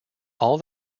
all